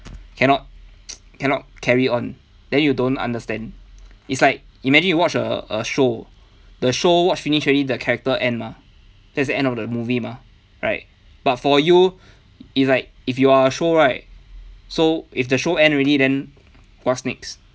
cannot cannot carry on then you don't understand it's like imagine you watch a a show the show watch finish already the character end mah that's the end of the movie mah right but for you it's like if you are a show right so if the show end already then what's next